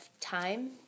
time